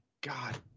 God